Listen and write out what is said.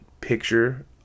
picture